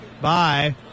Bye